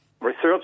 research